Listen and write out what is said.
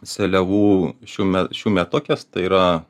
seliavų šiųme šiųmetukės tai yra